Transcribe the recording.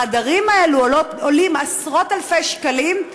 החדרים האלה עולים עשרות-אלפי שקלים.